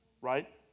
right